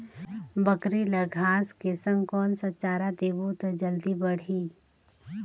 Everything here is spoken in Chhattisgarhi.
बकरी ल घांस के संग कौन चारा देबो त जल्दी बढाही?